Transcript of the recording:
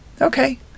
okay